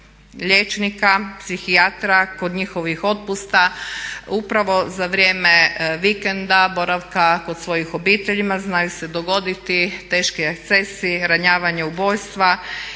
liječnika, psihijatra kod njihovih otpusta upravo za vrijeme vikenda, boravka kod svojih obitelji znaju se dogoditi teški ekscesi, ranjavanja, ubojstva